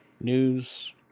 news